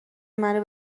منو